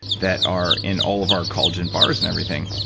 that are in all of our collagen bars and everything,